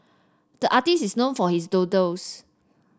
the artist is known for his doodles